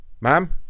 Ma'am